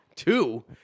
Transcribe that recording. Two